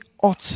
ought